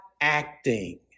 acting